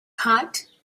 hot